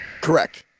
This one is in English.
Correct